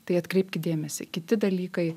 tai atkreipkit dėmesį kiti dalykai